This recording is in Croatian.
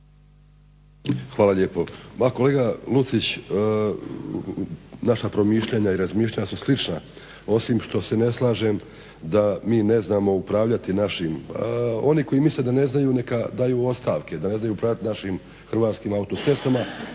Hvala lijepo. Pa kolega Lucić naša promišljanja i razmišljanja su slična. Osim što se ne slažem da mi ne znamo upravljati naši. Oni koji misle da ne znaju neka daju ostavke. Da ne znaju upravljati našim Hrvatskim autocestama